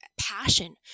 passion